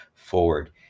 forward